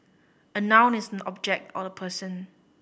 a noun is an object or a person